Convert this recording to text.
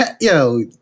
yo